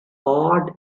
awed